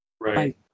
right